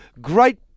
great